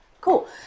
cool